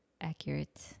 accurate